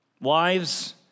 Wives